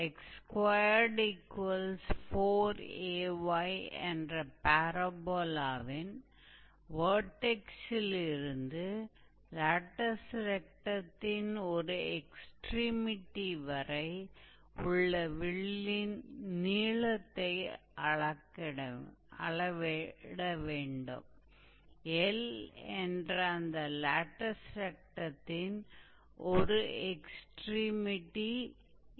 और यह मूल रूप से लेटस रेक्टम एक्सट्रीमिटी एल का लेटस रेक्टम है